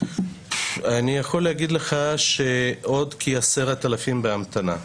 אני יכול להגיד לך שעוד כ-10,000 בהמתנה.